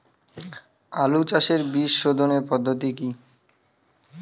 আলু চাষের বীজ সোধনের পদ্ধতি কি?